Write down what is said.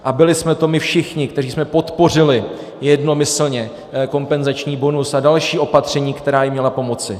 A byli jsme to my všichni, kteří jsme podpořili jednomyslně kompenzační bonus a další opatření, která jim měla pomoci.